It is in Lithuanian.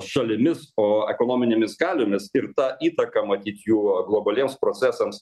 šalimis o ekonominėmis galiomis ir ta įtaka matyt jų globaliems procesams